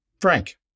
Frank